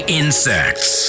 insects